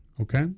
okay